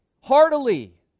heartily